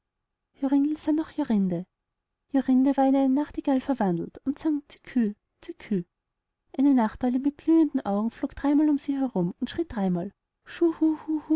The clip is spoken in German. joringel sah nach jorinde jorinde war in eine nachtigall verwandelt die sang zicküth zicküth eine nachteule mit glühenden augen flog dreimal um sie herum und schrie dreimal